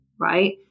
right